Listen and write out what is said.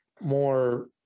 more